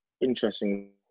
interesting